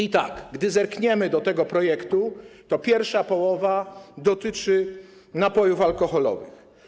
I tak, gdy zerkniemy do tego projektu, to pierwsza połowa dotyczy napojów alkoholowych.